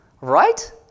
right